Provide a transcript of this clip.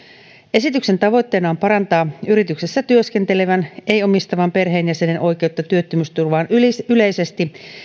esityksen tavoitteena on parantaa yrityksessä työskentelevän ei omistavan perheenjäsenen oikeutta työttömyysturvaan yleisesti